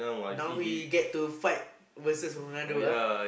now he get to fight versus Ronaldo ah